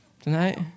tonight